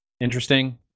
Interesting